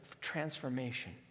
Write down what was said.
transformation